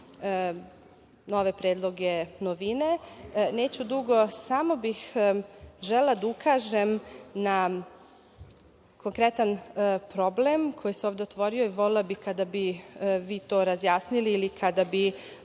nove predloge novina. Neću dugo, samo bih želela da ukažem na konkretan problem koji se ovde otvorio. Volela bih kada bi vi to razjasnili ili kada bi